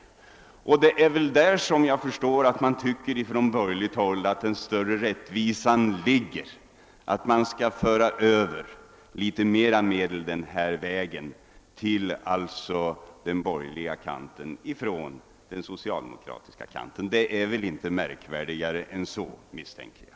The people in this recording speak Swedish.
Jag förstår att man på borgerligt håll tycker att det ligger större rättvisa i att föra över litet mera medel på denna väg till den borgerliga kanten från den socialdemokratiska kanten. Märkvärdigare än så är det inte, misstänker jag.